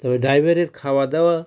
তো ড্রাইভারের খাওয়াদাওয়া